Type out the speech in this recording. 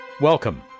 Welcome